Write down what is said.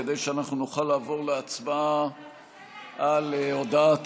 כדי שאנחנו נוכל לעבור להצבעה על הודעת